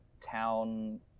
town